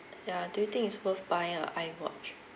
yeah do you think is worth buy a I watch